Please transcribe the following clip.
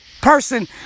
person